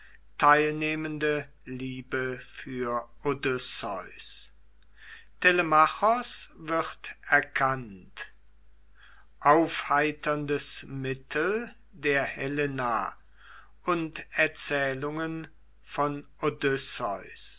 teilnehmende liebe für odysseus telemachos wird erkannt aufheiterndes mittel der helena und erzählungen von